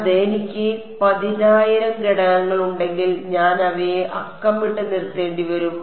അതെ എനിക്ക് 10000 ഘടകങ്ങൾ ഉണ്ടെങ്കിൽ ഞാൻ അവയെ അക്കമിട്ട് നിരത്തേണ്ടി വരും